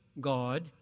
God